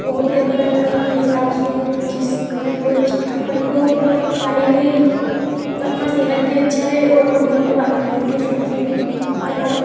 वो भी अपन अपने हिसाब से अपन जिस तरह रोज़ अपन को मतलब खाने में अपना सेहत भी अच्छा रहे और वहाँ के वातावरण के हिसाब से भी खाना